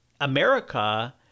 America